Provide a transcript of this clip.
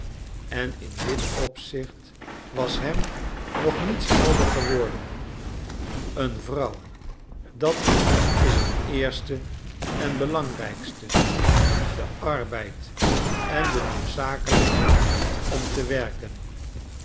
en in dit opzicht was hem nog niets helder geworden een vrouw dat is het eerste en belangrijkste den arbeid en de noodzakelijkheid om te werken